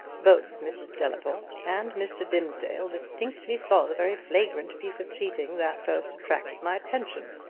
both mrs. delaporte and mr. dimsdale distinctly saw the very flagrant piece of cheating that first attracted my attention,